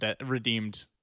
redeemed